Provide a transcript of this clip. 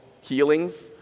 healings